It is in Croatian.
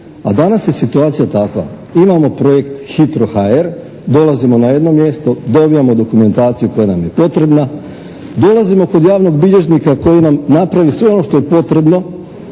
A danas je situacija takva, imamo projekt "HITRO.HR", dolazimo na jedno mjesto, dobivamo dokumentaciju koja nam je potrebna. Dolazimo kod javnog bilježnika koji nam napravi sve ono što je potrebno